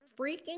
freaking